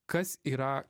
kas yra